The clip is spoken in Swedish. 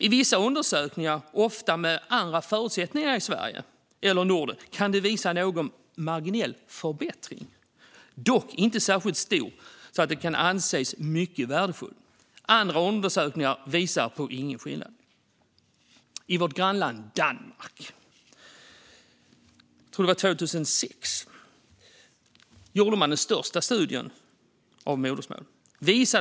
I vissa undersökningar, ofta med andra förutsättningar än Sverige eller Norden, kan den visa en marginell förbättring, men inte så stor att den kan anses mycket värdefull. Andra undersökningar visar inte på någon skillnad. Jag tror att det var 2006 som man i vårt grannland Danmark gjorde den största studien av modersmål någonsin.